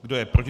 Kdo je proti?